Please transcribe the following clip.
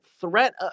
threat